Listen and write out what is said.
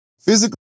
Physically